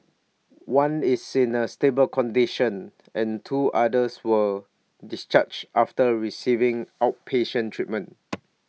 one is in A stable condition and two others were discharged after receiving outpatient treatment